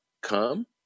come